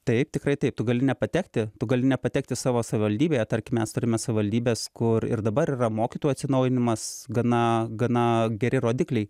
taip tikrai taip tu gali nepatekti tu gali nepatekti savo savivaldybėje tarkim mes turime savivaldybes kur ir dabar yra mokytų atsinaujinimas gana gana geri rodikliai